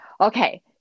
okay